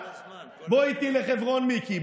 בוא איתי לחברון, מיקי.